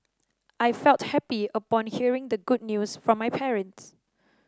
I felt happy upon hearing the good news from my parents